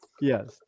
Yes